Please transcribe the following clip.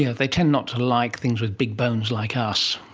you know they tend not to like things with big bones like us.